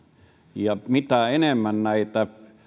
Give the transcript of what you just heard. ja mitä enemmän näitä